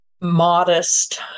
modest